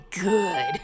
good